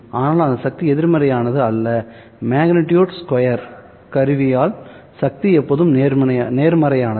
ஆனால் அந்த சக்தி எதிர்மறையானது அல்ல மேக்னிட்யூட் ஸ்கொயர் கருவியால் சக்தி எப்போதும் நேர்மறையானது